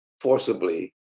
forcibly